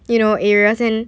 you know areas and